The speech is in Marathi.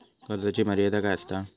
कर्जाची मर्यादा काय असता?